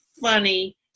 funny